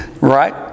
Right